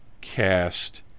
cast